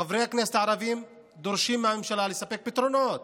חברי הכנסת הערבים, דורשים מהממשלה לספק פתרונות.